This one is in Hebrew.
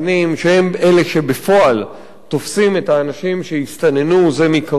שהם אלה שבפועל תופסים את האנשים שהסתננו זה מקרוב,